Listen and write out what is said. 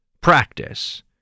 practice